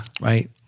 right